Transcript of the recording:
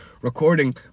recording